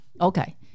Okay